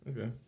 Okay